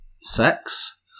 sex